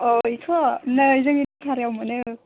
अ बेखौ नै जोंनि बाजाराव मोनो